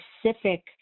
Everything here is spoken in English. specific